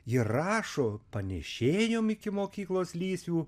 ji rašo panėšėjom iki mokyklos lysvių